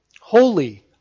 Holy